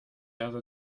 other